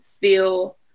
feel